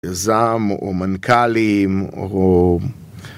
יזם, או מנכ"לים, או